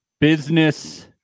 business